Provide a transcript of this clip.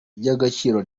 ry’agaciro